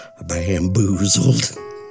bamboozled